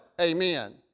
amen